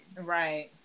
Right